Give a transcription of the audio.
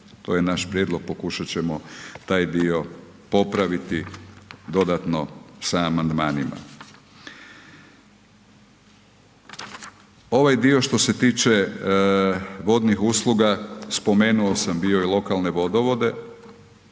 To je naš prijedlog pokušat ćemo taj dio popraviti dodatno sa amandmanima. Ovaj dio što se tiče vodnih usluga, spomenu sam bio i lokalne vodovode,